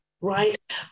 Right